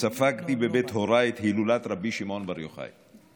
ספגתי בבית הוריי את הילולת רבי שמעון בר יוחאי.